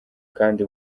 kandi